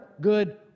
good